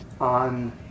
on